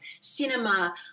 cinema